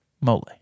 Mole